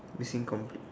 missing complete